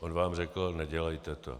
On vám řekl nedělejte to.